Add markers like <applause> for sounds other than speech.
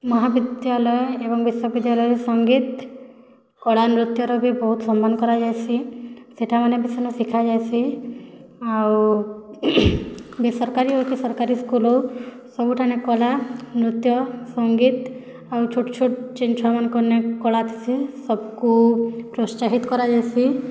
ମହାବିଦ୍ୟାଳୟ ଏବଂ ବିଶ୍ୱବିଦ୍ୟାଳୟ ସଙ୍ଗିତ୍ କଳାନୃତ୍ୟର ବି ବହୁତ୍ ସମ୍ମାନ୍ କରାଯାଇଁସି ସେଠାମାନେ ବି ସେନ ଶିଖା ଯାଇସି ଆଉ ବେସରକାରୀ ହଉ କି ସରକାରୀ ସ୍କୁଲ୍ ହେଉ ସବୁଠାନେ କଲା ନୃତ୍ୟ ସଙ୍ଗୀତ୍ ଆଉ ଛୋଟ୍ ଛୋଟ୍ ଯେନ୍ ଛୁଆମାନଙ୍କର୍ <unintelligible> କଳା ଥିସି ସବ୍ କୋ ପ୍ରୋତ୍ସାହିତ୍ କରାଯାଇସି